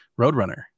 Roadrunner